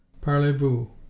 parlez-vous